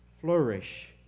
flourish